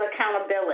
accountability